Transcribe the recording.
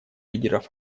лидеров